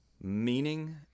meaning